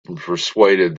persuaded